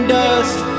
dust